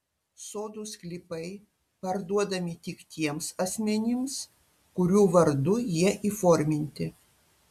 sodų sklypai parduodami tik tiems asmenims kurių vardu jie įforminti